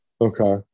Okay